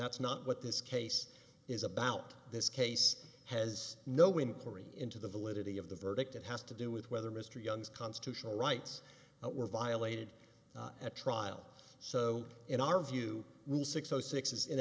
that's not what this case is about this case has no inquiry into the validity of the verdict it has to do with whether mr young's constitutional rights were violated at trial so in our view will six o six is